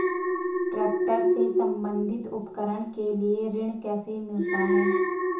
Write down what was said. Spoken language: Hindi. ट्रैक्टर से संबंधित उपकरण के लिए ऋण कैसे मिलता है?